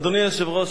אדוני היושב-ראש,